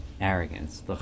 arrogance